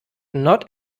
not